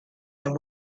than